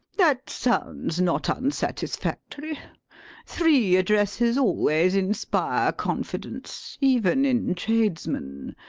that sounds not unsatisfactory. three addresses always inspire confidence, even in tradesmen.